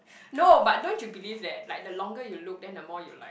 no but don't you believe that like the longer you look the more you like